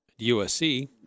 USC